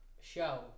show